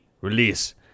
release